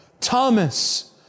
Thomas